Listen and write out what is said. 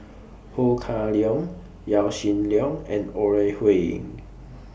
Ho Kah Leong Yaw Shin Leong and Ore Huiying